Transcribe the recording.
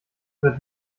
wird